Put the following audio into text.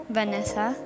Vanessa